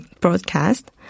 broadcast